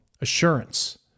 assurance